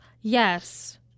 Yes